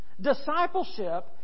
Discipleship